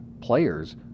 players